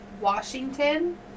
Washington